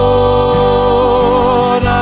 Lord